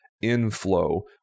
inflow